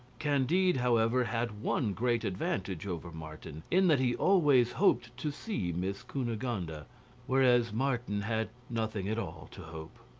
candide, however, had one great advantage over martin, in that he always hoped to see miss cunegonde and whereas martin had nothing at all to hope.